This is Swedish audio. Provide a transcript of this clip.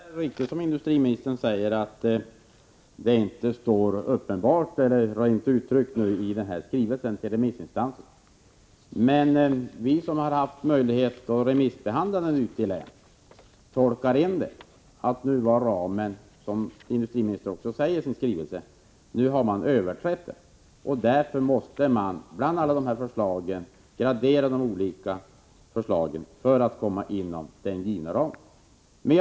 Herr talman! Det är riktigt som industriministern säger att det inte står uttryckligen i skrivelsen till remissinstanserna, men vi som haft möjlighet att remissbehandla betänkandet tolkar in, vilket industriministern också säger i sin skrivelse, att ramen har överskridits och att man måste gradera de olika förslagen för att hamna inom den givna ramen.